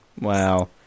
Wow